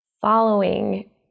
following